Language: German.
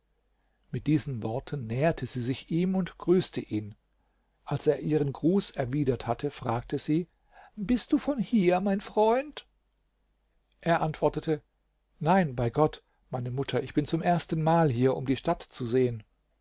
mit diesen worten näherte sie sich ihm und grüßte ihn als er ihren gruß erwidert hatte fragte sie bist du von hier mein freund er antwortete nein bei gott meine mutter ich bin zum erstenmal hier um die stadt zu sehen